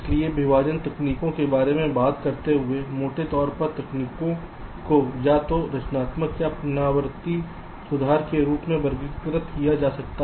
इसलिए विभाजन तकनीकों के बारे में बात करते हुए मोटे तौर पर तकनीकों को या तो रचनात्मक या पुनरावृत्ति सुधार के रूप में वर्गीकृत किया जा सकता है